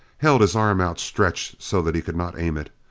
held his arm outstretched so that he could not aim it.